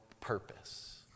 purpose